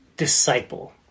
disciple